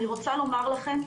אני רוצה לומר לכם,